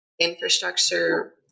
infrastructure